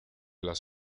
las